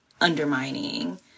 undermining